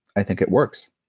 i think it works.